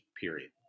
period